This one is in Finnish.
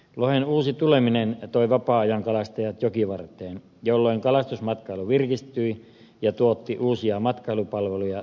lohen uusi tuleminen toi vapaa ajankalastajat jokivarteen jolloin kalastusmatkailu virkistyi ja tuotti uusia matkailupalveluja turisteille